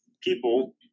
people